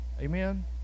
Amen